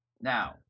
Now